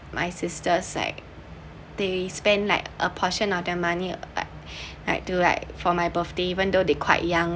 my sister say they spend like a portion of their money like to like for my birthday even though they quite young